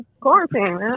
quarantine